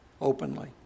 openly